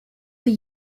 the